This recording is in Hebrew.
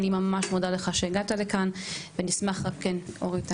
אני ממש מודה לך שהגעת לכאן ונשמח בהחלט.